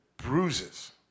bruises